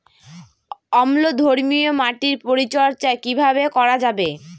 অম্লধর্মীয় মাটির পরিচর্যা কিভাবে করা যাবে?